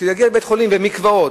כשזה יגיע לבית-חולים ולמקוואות,